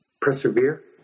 persevere